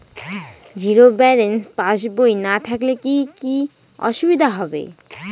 Zero balance পাসবই না থাকলে কি কী অসুবিধা হবে?